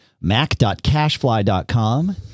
Mac.Cashfly.com